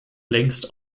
längst